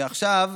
ועכשיו,